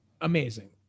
amazing